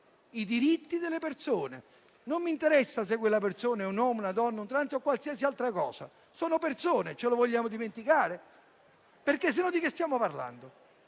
i diritti delle persone. Non mi interessa se quella persona è un uomo, una donna, un trans o qualsiasi altra cosa; sono persone, ce lo vogliamo dimenticare? Altrimenti di cosa stiamo parlando.